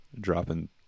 dropping